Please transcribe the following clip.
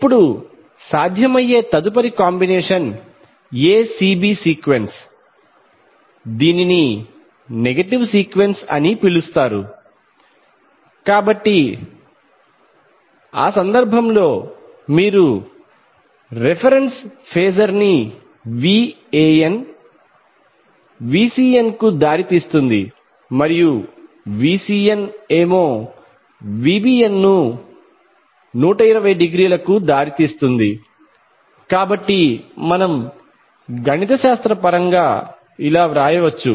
ఇప్పుడు సాధ్యమయ్యే తదుపరి కాంబినేషన్ acb సీక్వెన్స్ దీనిని నెగటివ్ సీక్వెన్స్ అని పిలుస్తారు కాబట్టి ఆ సందర్భంలో మీరు రిఫరెన్స్ ఫేజర్ అని Van Vcn కు దారితీస్తుంది మరియు Vcn ఏమో Vbnను 120 డిగ్రీలకి దారితీస్తుంది కాబట్టి మనం గణిత శాస్త్ర పరంగా ఇలా వ్రాయ వచ్చు